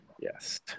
yes